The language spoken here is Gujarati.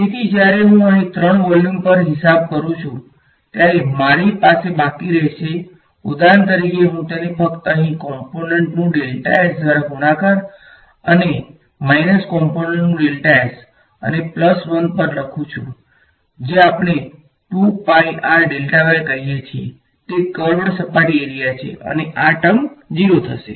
તેથી જ્યારે હું અહીં 3 વોલ્યુમ પર આ હિસાબ કરું છું ત્યારે મારી પાસે બાકી રહેશે ઉદાહરણ તરીકે હું તેને ફક્ત અહીં કોમ્પોનંટ નુ દ્વારા ગુણાકાર અને કોમ્પોનંટ નુ અને પ્લસ ૧ પદ લખું છું જે આપણે કહીએ કે તે કર્વડ સપાટી એરીયા છે અને આ ટર્મ 0 થશે